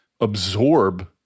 absorb